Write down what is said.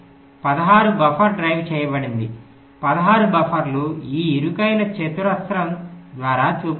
16 buffer drive చేయండి 16 బఫర్లు ఈ ఇరుకైన దీర్ఘచతురస్రం ద్వారా చూపబడతాయి